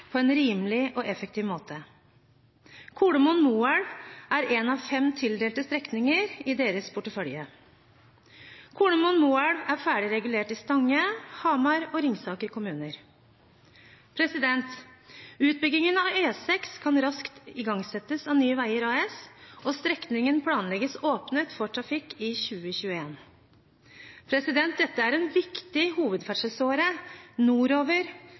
på en rimelig og effektiv måte. Kolomoen–Moelv er en av fem tildelte strekninger i deres portefølje. Kolomoen–Moelv er ferdig regulert i Stange, Hamar og Ringsaker kommuner. Utbyggingen av E6 kan raskt igangsettes av Nye Veier AS, og strekningen planlegges åpnet for trafikk i 2021. Dette er en viktig hovedferdselsåre nordover